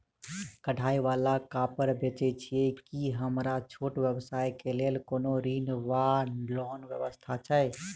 कढ़ाई वला कापड़ बेचै छीयै की हमरा छोट व्यवसाय केँ लेल कोनो ऋण वा लोन व्यवस्था छै?